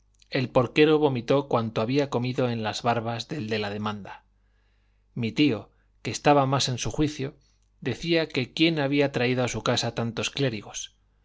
el porquero vomitó cuanto había comido en las barbas del de la demanda mi tío que estaba más en su juicio decía que quién había traído a su casa tantos clérigos